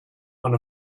one